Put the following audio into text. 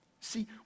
See